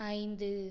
ஐந்து